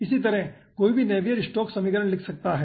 इसी तरह कोई भी नेवियर स्टोक्स समीकरण लिख सकता है